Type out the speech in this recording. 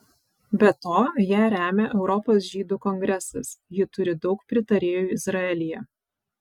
be to ją remia europos žydų kongresas ji turi daug pritarėjų izraelyje